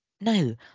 no